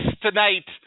tonight